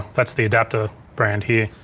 that's the adaptor brand here.